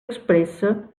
expressa